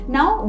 Now